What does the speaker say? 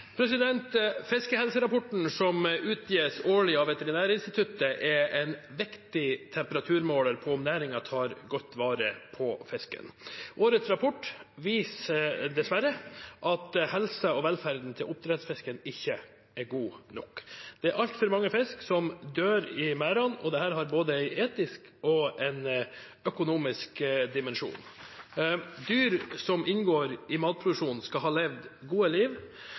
Fiskehelserapporten, som utgis årlig av Veterinærinstituttet, er en viktig temperaturmåler på om næringen tar godt vare på fisken. Årets rapport viser dessverre at oppdrettsfiskens helse og velferd ikke er god nok. Det er altfor mange fisk som dør i merdene. Dette har både en etisk og en økonomisk dimensjon. Dyr som inngår i matproduksjon skal ha levd gode liv,